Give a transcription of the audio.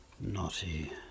Naughty